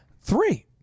Three